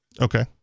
Okay